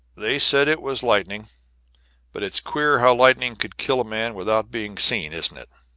they said it was lightning but it's queer how lightning could kill a man without being seen, isn't it?